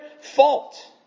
fault